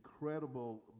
incredible